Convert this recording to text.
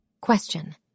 Question